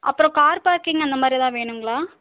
அப்புறம் car parking அந்த மாதிரி எதாவது வேணுங்களா